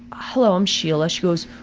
hello. i'm sheila. she goes,